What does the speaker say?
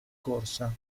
corsa